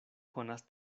konas